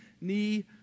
knee